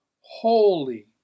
Holy